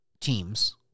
teams